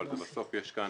אבל בסוף יש כאן